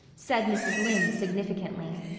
said mrs. lynde significantly.